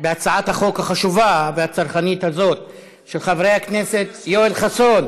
בהצעת החוק החשובה והצרכנית הזאת של חברי הכנסת יואל חסון,